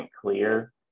clear